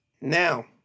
Now